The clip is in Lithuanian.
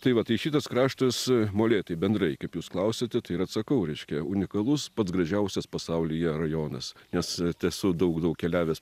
tai va tai šitas kraštas molėtai bendrai kaip jūs klausiate tai ir atsakau reiškia unikalus pats gražiausias pasaulyje rajonas nes esu daug daug keliavęs